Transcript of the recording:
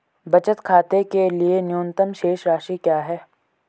बचत खाते के लिए न्यूनतम शेष राशि क्या है?